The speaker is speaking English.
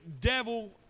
devil